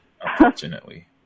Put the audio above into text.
Unfortunately